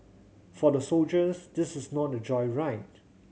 for the soldiers this is not a joyride